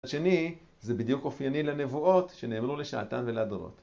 ‫השני זה בדיוק אופייני לנבואות, ‫שנאמרו לשעתן ולדורות.